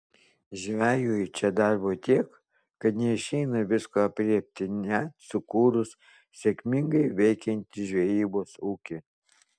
žvejui čia darbo tiek kad neišeina visko aprėpti net sukūrus sėkmingai veikiantį žvejybos ūkį